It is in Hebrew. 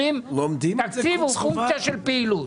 תקציב הוא פונקציה של פעילות.